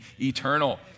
eternal